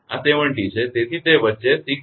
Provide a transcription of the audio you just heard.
તેથી તે વચ્ચે તે 6